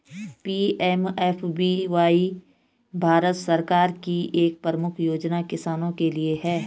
PMFBY Bharat सरकार की एक प्रमुख योजना किसानों के लिए है